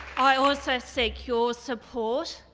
i also seek your support